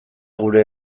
gure